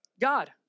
God